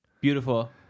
beautiful